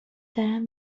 دارم